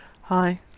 Hi